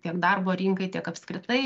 tiek darbo rinkai tiek apskritai